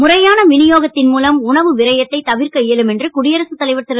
முறையான வினியோகத்தின் மூலம் உணவு விரயத்தைத் தவிர்க்க இயலும் என்று குடியரசுத் தலைவர் திரு